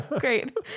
Great